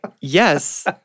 yes